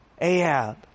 Ahab